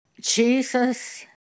Jesus